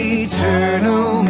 eternal